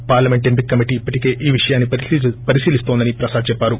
parliament ఎంపిక committee ఇప్పటికే ఈ విషయాన్ని పరిశ్లిస్తోందని ప్రసాద్ చెప్పారు